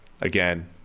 Again